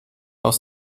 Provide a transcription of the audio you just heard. aus